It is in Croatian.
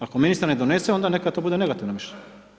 Ako ministar ne donese, onda neka to bude negativno mišljenje.